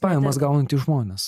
pajamas gaunantys žmonės